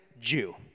Jew